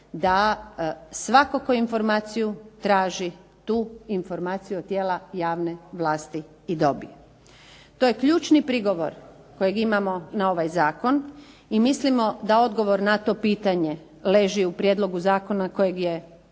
da svatko tko informaciju traži tu informaciju od tijela javne vlasti i dobije. To je ključni prigovor kojeg imamo na ovaj zakon i mislimo da odgovor na to pitanje leži u prijedlogu zakona kojeg je